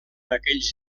aquells